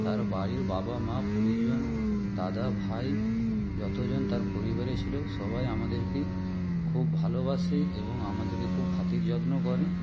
তার বাড়ির বাবা মা পরিজন দাদা ভাই যতজন তার পরিবারে ছিল সবাই আমাদেরকে খুব ভালোবাসে এবং আমাদেরকে খুব খাতির যত্ন করে